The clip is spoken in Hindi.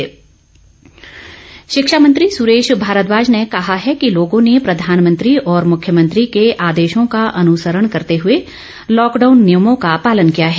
सुरेश भारद्वाज शिक्षा मंत्री सुरेश भारद्वाज ने कहा कि लोगों ने प्रधानमंत्री और मुख्यमंत्री के आदेशों का अनुसरण करते हए लॉकडाउन नियमों का पालन किया है